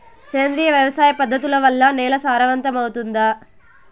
సేంద్రియ వ్యవసాయ పద్ధతుల వల్ల, నేల సారవంతమౌతుందా?